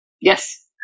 Yes